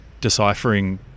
deciphering